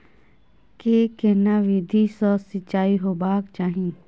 के केना विधी सॅ सिंचाई होबाक चाही?